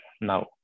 now